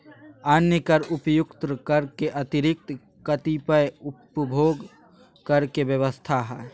अन्य कर उपर्युक्त कर के अतिरिक्त कतिपय उपभोग कर के व्यवस्था ह